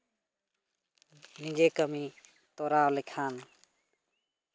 ᱱᱤᱡᱮ ᱠᱟᱹᱢᱤ ᱛᱚᱨᱟᱣ ᱞᱮᱠᱷᱟᱱ